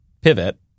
pivot